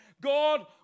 God